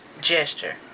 gesture